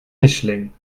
mischling